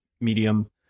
medium